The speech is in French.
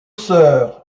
sœurs